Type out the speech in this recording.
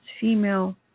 female